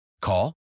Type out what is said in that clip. Call